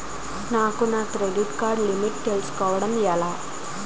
నాకు నా credit card limit తెలుసుకోవడం ఎలా?